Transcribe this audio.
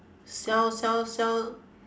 sell sell sell